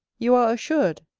you are assured,